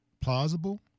plausible